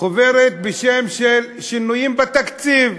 חוברת בשם שינויים בתקציב.